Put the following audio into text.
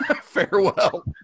Farewell